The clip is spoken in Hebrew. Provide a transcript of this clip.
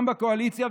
גם בקואליציה,